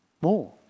more